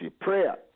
Prayer